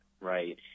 right